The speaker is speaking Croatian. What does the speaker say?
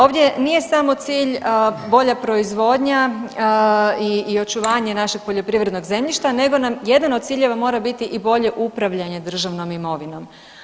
Ovdje nije samo cilj bolja proizvodnja i očuvanje našeg poljoprivrednog zemljišta nego nam jedan od ciljeva mora biti i bolje upravljanje državnom imovinom.